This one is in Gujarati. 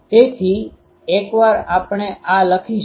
તેથી એકવાર આપણે આ લખીશું